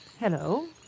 Hello